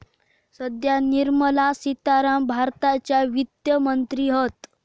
सध्या निर्मला सीतारामण भारताच्या वित्त मंत्री हत